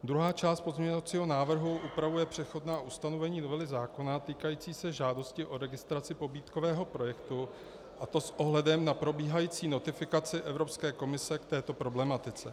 Druhá část pozměňovacího návrhu upravuje přechodná ustanovení novely zákona týkající se žádosti o registraci pobídkového projektu, a to s ohledem na probíhající notifikaci Evropské komise k této problematice.